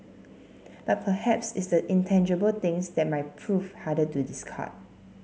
but perhaps it's the intangible things that might prove harder to discard